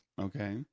okay